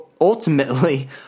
ultimately